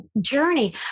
journey